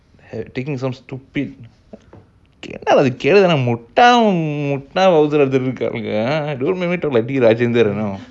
taking some stupid like கேட்குறான்முட்டா:ketkuren muttaa